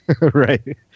Right